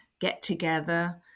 get-together